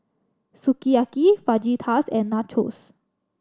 Sukiyaki Fajitas and Nachos